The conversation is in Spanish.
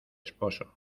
esposo